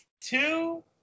two